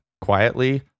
quietly